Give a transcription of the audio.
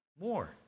more